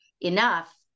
enough